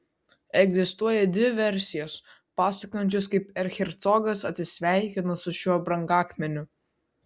egzistuoja dvi versijos pasakojančios kaip erchercogas atsisveikino su šiuo brangakmeniu